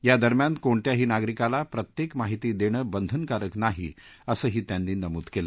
या दरम्यान कोणत्याही नागरिकाला प्रत्येक माहिती देणं बंधंन कारक नाही असंही त्यांनी नमूद केलं